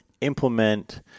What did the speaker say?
implement